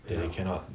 that you cannot